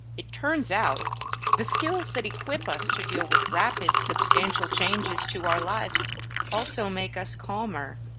it turns out the skills that equip us to deal with rapid, substantial changes to our lives also make us calmer,